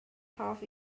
half